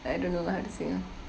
I don't know how to say ah